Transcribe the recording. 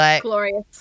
Glorious